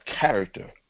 character